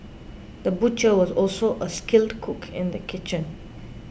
the butcher was also a skilled cook in the kitchen